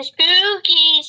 Spooky